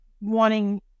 wanting